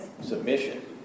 submission